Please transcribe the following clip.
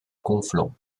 conflans